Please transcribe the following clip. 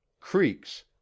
creeks